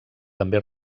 també